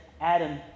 Adam